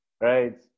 right